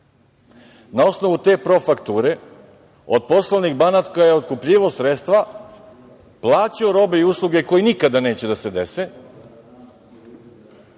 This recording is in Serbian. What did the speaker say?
Na osnovu te profakture od poslovnih banaka je otkupljivao sredstva, plaćao robe i usluge koje nikada neće da se dese